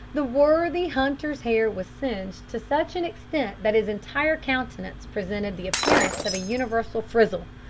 the worthy hunter's hair was singed to such an extent that his entire countenance presented the appearance of a universal frizzle.